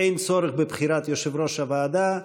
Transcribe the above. אין צורך בבחירת יושב-ראש הוועדה,